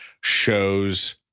shows